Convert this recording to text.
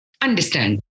understand